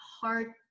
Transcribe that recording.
hard